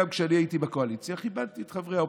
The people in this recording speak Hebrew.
גם כשאני הייתי בקואליציה כיבדתי את חברי האופוזיציה,